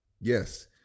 Yes